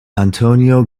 antonio